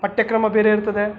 ಪಠ್ಯಕ್ರಮ ಬೇರೆ ಇರ್ತದೆ